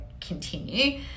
continue